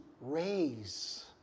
raise